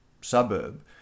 suburb